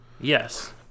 Yes